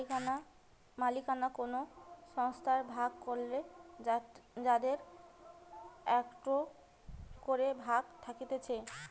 মালিকানা কোন সংস্থার ভাগ করে যাদের একটো করে ভাগ থাকতিছে